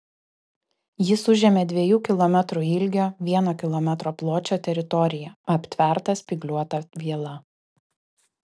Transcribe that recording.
jis užėmė dviejų kilometrų ilgio vieno kilometro pločio teritoriją aptvertą spygliuota viela